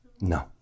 No